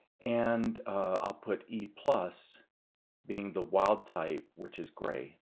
and ah put a plus being the wild type which is gray.